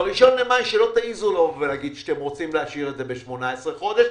ב-1 במאי שלא תעזו לבוא ולהגיד שאתם רוצים להשאיר את זה ב-18 חודש,